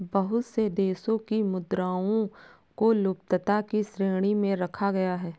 बहुत से देशों की मुद्राओं को लुप्तता की श्रेणी में रखा गया है